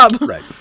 Right